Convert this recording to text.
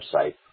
website